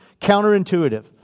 counterintuitive